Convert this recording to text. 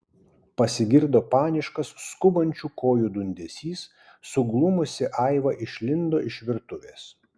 pasigirdo paniškas skubančių kojų dundesys suglumusi aiva išlindo iš virtuvės